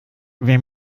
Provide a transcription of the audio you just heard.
wir